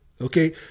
okay